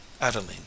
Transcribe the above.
adeline